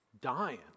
dying